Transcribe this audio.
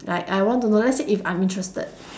like I want to know let's say if I'm interested